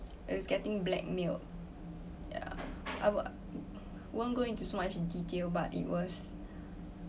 it's getting blackmailed ya I won't go into so much in detail but it was